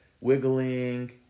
wiggling